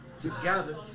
Together